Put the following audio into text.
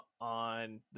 on